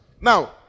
now